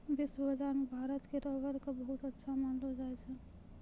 विश्व बाजार मॅ भारत के रबर कॅ बहुत अच्छा मानलो जाय छै